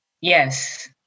Yes